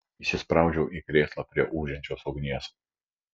įsispraudžiau į krėslą prie ūžiančios ugnies